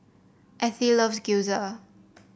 Ethie loves Gyoza